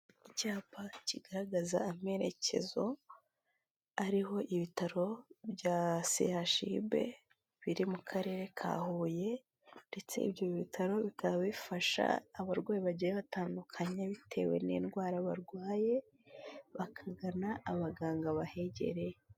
Icyapa kigaragaza amerekezo, ariho ibitaro bya CHUB biri mu karere ka Huye, ndetse ibyo bitaro bikaba bifasha abarwayi bagiye batandukanye, bitewe n'indwara barwaye, bakagana abaganga bahegereye.